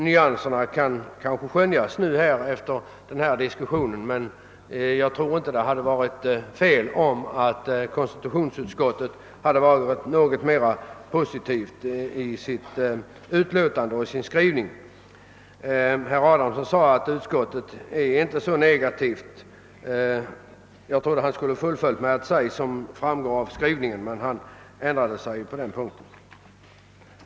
Nyanserna kan kanske skönjas efter denna diskussion, men konstitutionsutskottet borde ha varit något mera positivt i sin skrivning. Herr Adamsson sade att utskottet inte är så negativt. Jag trodde att han tänkte säga »som framgår av skrivningen» men han ändrade sig på den punkten.